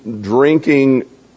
drinking